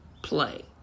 play